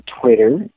Twitter